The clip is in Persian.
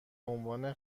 عنوان